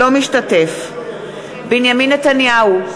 אינו משתתף בהצבעה בנימין נתניהו,